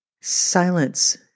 Silence